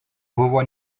buvo